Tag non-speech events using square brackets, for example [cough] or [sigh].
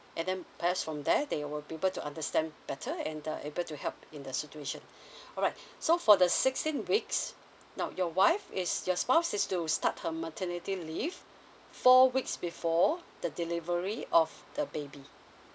and then perhaps from there they will be able to understand better and they're able to help in the situation [breath] alright so for the sixteen weeks now your wife is your spouse is to start her maternity leave four weeks before the delivery of the baby